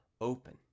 open